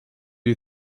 you